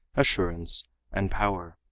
assurance and power.